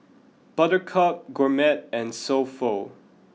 Buttercup Gourmet and So Pho